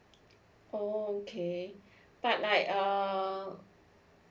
oh okay but like err